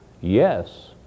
yes